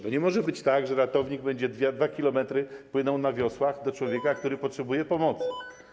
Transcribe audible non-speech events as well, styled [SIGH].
Nie może być tak, że ratownik będzie 2 km płynął na wiosłach do człowieka, [NOISE] który potrzebuje pomocy.